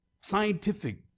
scientific